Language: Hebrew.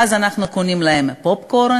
ואז אנחנו קונים להם פופקורן,